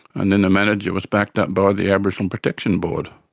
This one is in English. and then the manager was backed up by the aboriginal protection board.